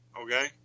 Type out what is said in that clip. okay